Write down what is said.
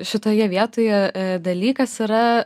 šitoje vietoje dalykas yra